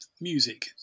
music